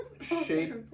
shape